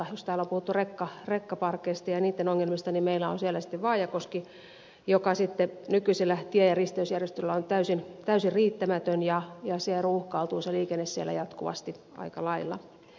jos täällä on puhuttu rekkaparkeista ja niitten ongelmista niin meillä on siellä sitten vaajakoski joka nykyisellä tie ja risteysjärjestelyllä on täysin riittämätön ja se ruuhkautuu se liikenne siellä jatkuvasti aika lailla